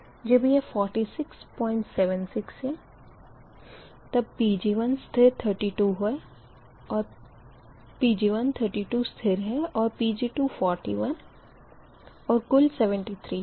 जब यह 4676 होगा तब Pg1स्थिर 32 है और Pg241 और कुल 73 होगा